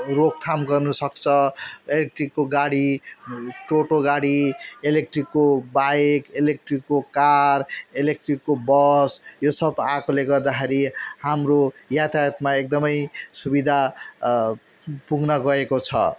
रोकथाम गर्नुसक्छ इलेक्ट्रिकको गाडी टोटो गाडी इलेक्ट्रिकको बाइक इलेक्ट्रिकको कार इलेक्ट्रिकको बस यो सब आएकोले गर्दाखेरि हाम्रो यातायातमा एकदमै सुविधा पुग्न गएको छ